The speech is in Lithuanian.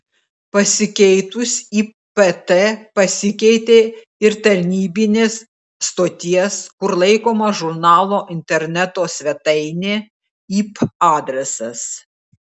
pasikeitus ipt pasikeitė ir tarnybinės stoties kur laikoma žurnalo interneto svetainė ip adresas